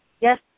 yes